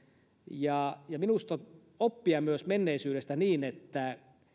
ja ja mielestäni oppia myös menneisyydestä niin että